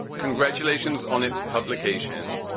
congratulations on its publication.